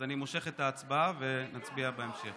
אז אני מושך את ההצבעה ונצביע בהמשך.